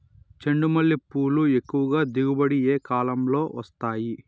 చెండుమల్లి పూలు ఎక్కువగా దిగుబడి ఏ కాలంలో వస్తాయి